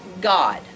God